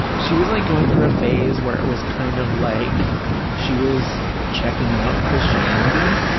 she was like going through a phase where it was kind of like she was checking out christianity,